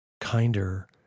kinder